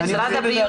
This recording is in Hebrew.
גבירתי היו"ר,